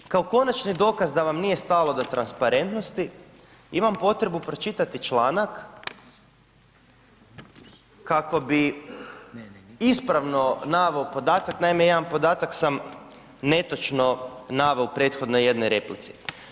Ali, kao konačni dokaz da vam nije stalo do transparentnosti imam potrebu pročitati članak kako bi ispravno naveo podatak naime, jedan podatak sam netočno naveo u prethodnoj jednoj replici.